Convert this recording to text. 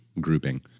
grouping